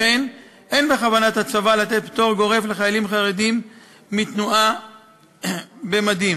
לכן אין בכוונת הצבא לתת פטור גורף לחיילים חרדים מתנועה במדים.